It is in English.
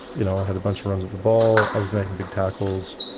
you know i had a bunch of runs with the ball, i was making big tackles.